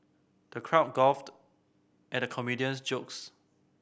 the crowd guffawed at comedian's jokes